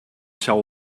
tell